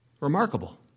Remarkable